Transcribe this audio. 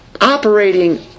operating